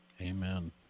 Amen